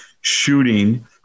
shooting